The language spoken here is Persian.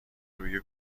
روی